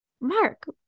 Mark